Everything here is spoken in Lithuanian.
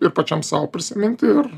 ir pačiam sau prisiminti ir